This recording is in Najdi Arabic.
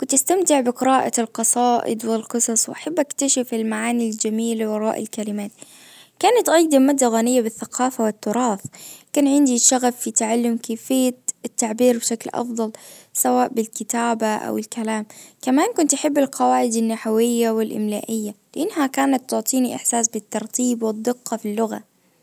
كنت استمتع بقراءة القصائد والقصص واحب اكتشف المعاني الجميلة وراء الكلمات. كانت ايضا مادة غنية بالثقافة والتراث. كان عندي شغف في تعلم كيفية التعبير بشكل افضل سواء بالكتابة او الكلام. كمان كنت بحب القواعد النحوية والاملائية? لانها كانت تعطيني احساس بالترتيب والدقة في اللغة